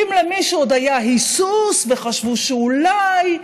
ואם למישהו עוד היה היסוס וחשבו שאולי,